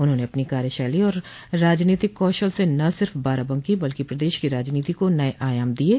उन्होंने अपनी कार्यशैली और राजनीतिक कौशल से न सिर्फ़ बाराबंकी बल्कि प्रदेश की राजनीति को नये आयाम दिये